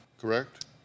correct